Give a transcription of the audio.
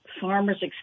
farmers